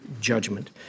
judgment